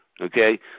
Okay